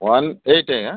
one eight